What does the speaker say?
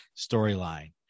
storyline